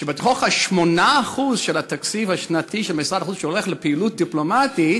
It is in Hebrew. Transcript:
ובתוך ה-8% של התקציב השנתי של משרד החוץ שהולך לפעילות דיפלומטית,